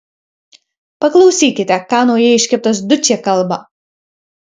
paklausykite ką naujai iškeptas dučė kalba